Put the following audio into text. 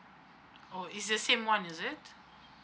oh is the same one is it